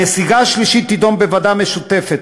הנסיגה השלישית תידון בוועדה המשותפת.